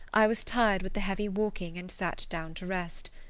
i was tired with the heavy walking and sat down to rest.